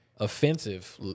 offensive